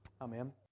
Amen